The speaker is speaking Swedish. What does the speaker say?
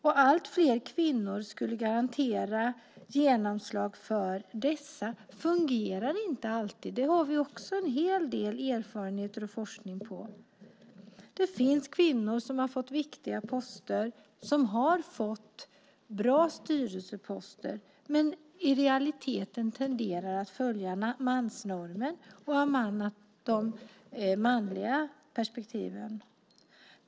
Att allt fler kvinnor skulle garantera genomslag för dessa fungerar inte alltid. Det har vi också en hel del erfarenheter och forskning om. Det finns kvinnor som har fått viktiga poster och bra styrelseposter men i realiteten tenderar att följa mansnormen och anammat de manliga perspektiven.